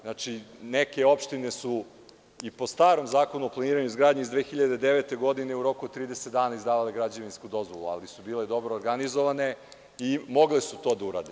Znači, neke opštine su i po starom Zakonu o planiranju i izgradnji iz 2009. godine u roku od 30 dana izdavale građevinsku dozvolu, ali su bile dobro organizovane i mogle su to da urade.